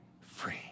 free